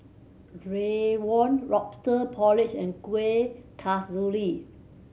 rawon Lobster Porridge and Kuih Kasturi